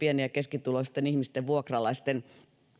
pieni ja keskituloisten ihmisten vuokralaisten